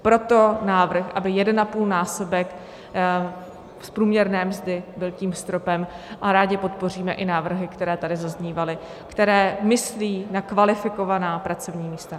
Proto návrh, aby jedenapůl násobek z průměrné mzdy byl tím stropem, a rádi podpoříme i návrhy, které tady zaznívaly, které myslí na kvalifikovaná pracovní místa.